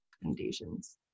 recommendations